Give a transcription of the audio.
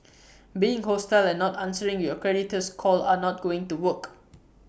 being hostile and not answering your creditor's call are not going to work